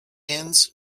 innes